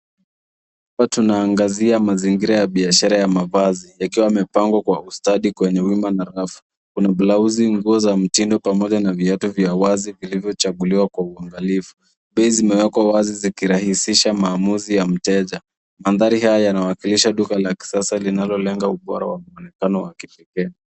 Hapa tunaangazia mazingira ya biashara ya mavazi yakiwa yamepangwa kwa ustadi kwenye wima na rafu. Kuna blauzi, nguo za mitindo pamoja na viatu vya wazi vilivyochaguliwa kwa uangalifu. Bei zimewekwa wazi zikirahisisha maamuzi ya mteja. Mandhari haya yanawakilisha duka la kisasa linalolenga ubora wa mwonekano wa kipekee.